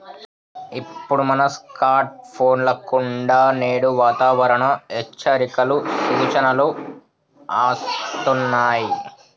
ఇప్పుడు మన స్కార్ట్ ఫోన్ల కుండా నేడు వాతావరణ హెచ్చరికలు, సూచనలు అస్తున్నాయి